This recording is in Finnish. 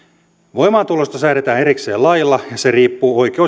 voimaantulosta säädetään erikseen lailla ja se riippuu oikeus